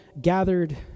gathered